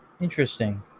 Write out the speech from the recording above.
interesting